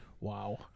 Wow